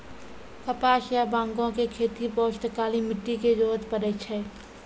कपास या बांगो के खेती बास्तॅ काली मिट्टी के जरूरत पड़ै छै